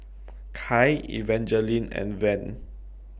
Kai Evangeline and Van